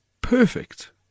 perfect